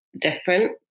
different